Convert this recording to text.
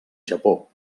japó